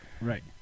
right